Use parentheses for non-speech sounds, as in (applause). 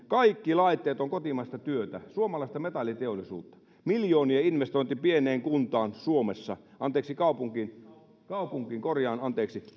(unintelligible) kaikki laitteet ovat kotimaista työtä suomalaista metalliteollisuutta miljoonien investointi pieneen kuntaan suomessa anteeksi kaupunkiin kaupunkiin korjaan anteeksi